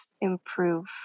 improve